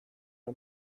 una